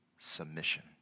Submission